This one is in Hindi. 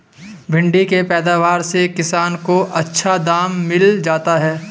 भिण्डी के पैदावार से किसान को अच्छा दाम मिल जाता है